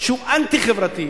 שהוא אנטי-חברתי,